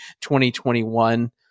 2021